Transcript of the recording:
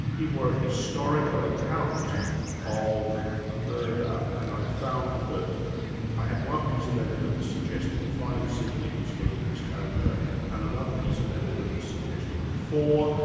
it were an historical account of a murder and i found that i had one piece of evidence suggesting five siblings for this character and another piece of evidence suggesting four,